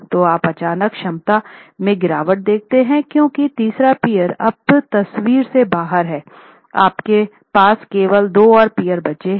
तो आप अचानक क्षमता में गिरावट देखते हैं क्यूंकि तीसरा पीअर अब तस्वीर से बाहर है आपके पास केवल दो और पीयर बचे हैं